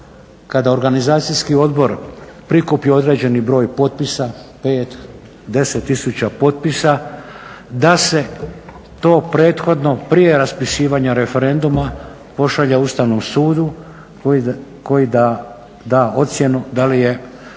kada organizacijski odbor prikupi određeni broj potpisa, 5, 10 tisuća potpisa da se to prethodno prije raspisivanja referenduma pošalje Ustavnom sudu koji da ocjenu da li je